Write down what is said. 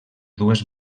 dues